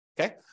Okay